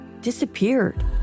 disappeared